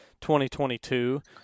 2022